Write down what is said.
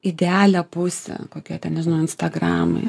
idealią pusę kokie ten nežinau instagramai